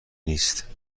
نیست